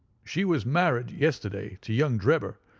she was married yesterday to young drebber.